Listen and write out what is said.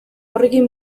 horrekin